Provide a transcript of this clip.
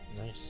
Nice